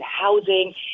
housing